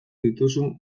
dituzun